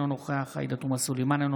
אינו נוכח עאידה תומא סלימאן,